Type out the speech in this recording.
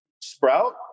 Sprout